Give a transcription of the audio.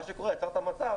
מה שקורה שיצרת מצב